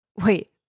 Wait